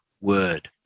word